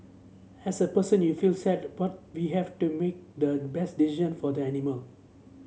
as a person you feel sad but we have to make the best decision for the animal